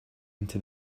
into